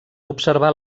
observar